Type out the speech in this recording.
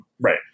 right